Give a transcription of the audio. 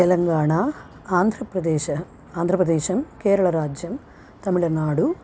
तेलङ्गाणा आन्ध्रप्रदेशः आन्ध्रप्रदेशः केरळराज्यं तमिळनाडु